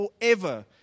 forever